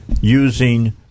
using